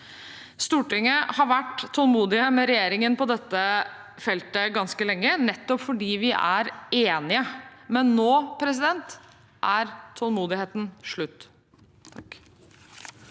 Stortinget har vært tålmodig med regjeringen på dette feltet ganske lenge, nettopp fordi vi er enige, men nå er tålmodigheten slutt.